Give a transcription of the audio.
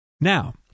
Now